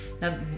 Now